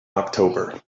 october